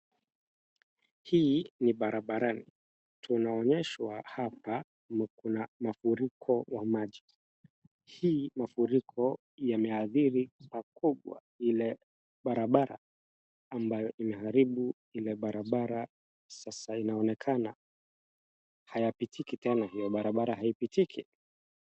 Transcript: Hii ni barabarani, tunaonyeshwa, hapa kuna mafuriko wa maji. Hii mafuriko yameathiri pakubwa ile barabara, ambayo imeharibu ile barabara sasa inaonekana hayapitiki tena, hiyo barabara haipitiki.